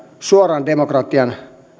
suoran demokratian